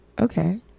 Okay